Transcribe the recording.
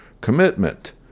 commitment